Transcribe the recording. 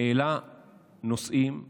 העלה נושאים בעיתיים,